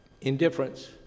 indifference